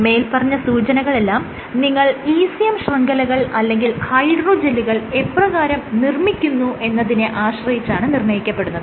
മേല്പറഞ്ഞ സൂചനകളെല്ലാം നിങ്ങൾ ECM ശൃംഖലകൾ അല്ലെങ്കിൽ ഹൈഡ്രോജെല്ലുകൾ എപ്രകാരം നിർമ്മിക്കുന്നു എന്നതിനെ ആശ്രയിച്ചാണ് നിർണ്ണയിക്കപ്പെടുന്നത്